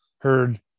heard